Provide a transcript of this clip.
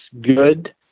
good